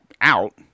out